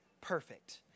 perfect